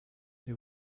they